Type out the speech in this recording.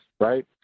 right